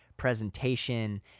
presentation